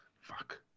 Fuck